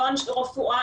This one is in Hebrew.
לא אנשי רפואה,